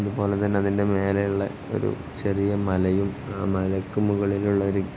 അതുപോലെ തന്നെ അതിൻ്റെ മുകളിലുള്ള ഒരു ചെറിയ മലയും ആ മലയ്ക്ക് മുകളിലുള്ളൊരു